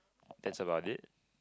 that's about it